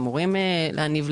הם אמורים להניב,